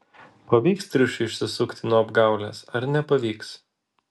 pavyks triušiui išsisukti nuo apgaulės ar nepavyks